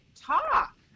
talk